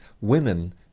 women